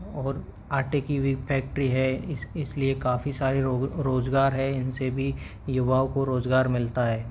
और आटे की भी फैक्ट्री है इस इसलिए काफ़ी सारे रोज़गार हैं इनसे भी युवाओं को रोज़गार मिलता है